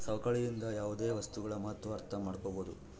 ಸವಕಳಿಯಿಂದ ಯಾವುದೇ ಒಂದು ವಸ್ತುಗಳ ಮಹತ್ವ ಅರ್ಥ ಮಾಡ್ಕೋಬೋದು